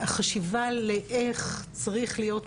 החשיבה על איך צריך להיות ממשק,